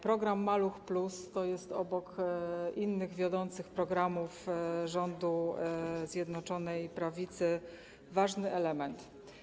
Program „Maluch+” to jest obok innych wiodących programów rządu Zjednoczonej Prawicy ważny element.